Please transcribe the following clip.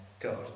God